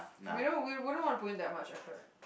we don't we don't want to put in that much effort